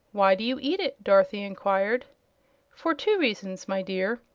why do you eat it? dorothy enquired for two reasons, my dear,